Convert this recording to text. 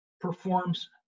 performs